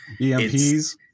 EMPs